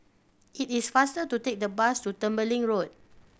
it is faster to take the bus to Tembeling Road